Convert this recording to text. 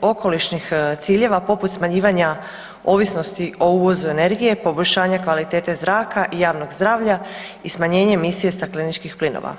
okolišnih ciljeva popust smanjivanja ovisnosti o uvozu energije, poboljšanja kvalitete zraka i javnog zdravlja i smanjenje emisije stakleničkih plinova.